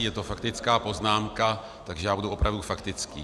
Je to faktická poznámka, takže budu opravdu faktický.